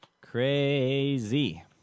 Crazy